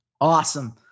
Awesome